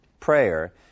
prayer